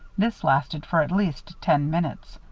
this lasted for at least ten minutes.